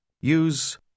Use